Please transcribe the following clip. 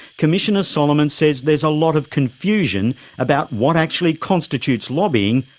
commissioner solomon says there's a lot of confusion about what actually constitutes lobbying,